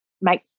make